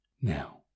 Now